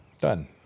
Done